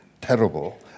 terrible